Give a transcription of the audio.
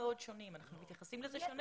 אנחנו מתייחסים לזה שונה,